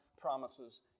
promises